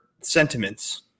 sentiments